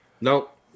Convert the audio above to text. Nope